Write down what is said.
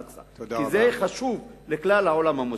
כי זה מקום חשוב לכלל העולם המוסלמי.